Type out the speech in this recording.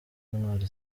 intwari